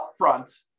upfront